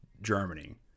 germany